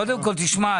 קודם כל תשמע,